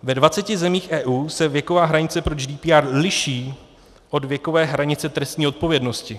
Ve dvaceti zemích EU se věková hranice pro GDPR liší od věkové hranice trestní odpovědnosti.